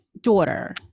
daughter